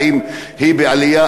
האם היא בעלייה,